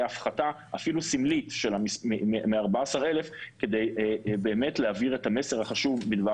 הפחתה אפילו סמלית מ-14,000 כדי באמת להעביר את המסר החשוב בדבר